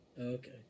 Okay